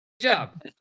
job